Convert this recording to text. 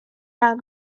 and